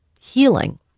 healing